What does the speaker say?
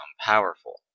powerful